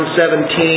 17